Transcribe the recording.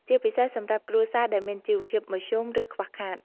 ជាពិសេសសម្រាប់គ្រួសារដែលមានជីវភាពមធ្យម ឬខ្វះខាត។